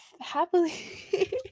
happily